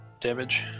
damage